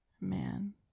Man